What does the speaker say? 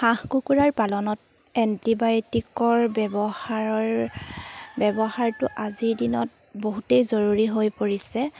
হাঁহ কুকুৰাৰ পালনত এণ্টিবায়'টিকৰ ব্যৱহাৰৰ ব্যৱহাৰটো আজিৰ দিনত বহুতেই জৰুৰী হৈ পৰিছে